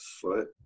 foot